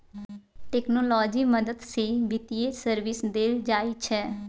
technology मदद सँ बित्तीय सर्विस देल जाइ छै